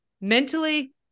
mentally